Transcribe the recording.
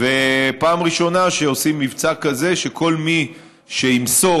פעם ראשונה שעושים מבצע כזה שכל מי שימסור